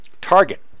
Target